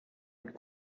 mit